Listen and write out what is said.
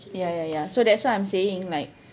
ya ya ya so that's why I'm saying like